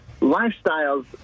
lifestyles